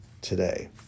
today